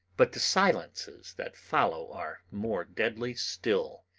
but the silences that follow are more deadly still,